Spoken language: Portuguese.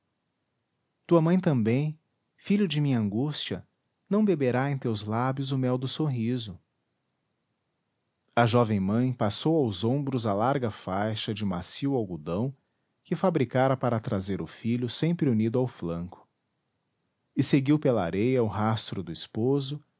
tua mãe também filho de minha angústia não beberá em teus lábios o mel do sorriso a jovem mãe passou aos ombros a larga faixa de macio algodão que fabricara para trazer o filho sempre unido ao flanco e seguiu pela areia o rastro do esposo